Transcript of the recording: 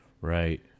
right